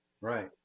Right